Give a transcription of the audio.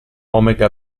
omega